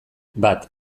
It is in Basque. bat